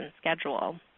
schedule